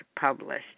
published